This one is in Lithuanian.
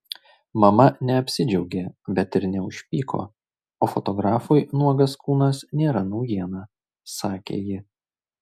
mama neapsidžiaugė bet ir neužpyko o fotografui nuogas kūnas nėra naujiena sakė ji